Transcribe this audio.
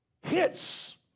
hits